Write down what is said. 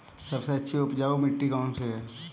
सबसे अच्छी उपजाऊ मिट्टी कौन सी है?